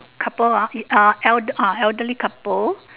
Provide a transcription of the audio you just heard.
couple hor the uh ah eld ah elderly couple